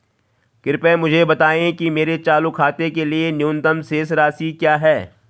कृपया मुझे बताएं कि मेरे चालू खाते के लिए न्यूनतम शेष राशि क्या है?